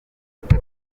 koroha